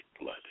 blood